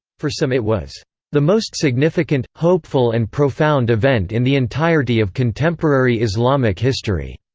for some it was the most significant, hopeful and profound event in the entirety of contemporary islamic history,